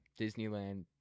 Disneyland